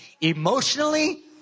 emotionally